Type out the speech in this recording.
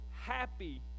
happy